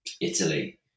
italy